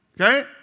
Okay